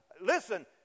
listen